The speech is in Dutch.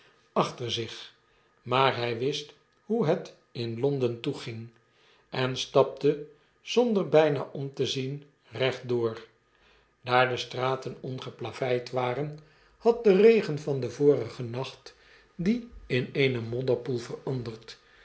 achter zich maar hy wist hoe het in londen toeging en stapte zonder bflnaom te zien recht door daar de straten ongeplaveid waren had de regen van den vorigen nacht die in eenen modderpoel veranderd